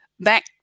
Back